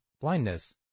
blindness